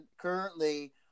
currently